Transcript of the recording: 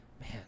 man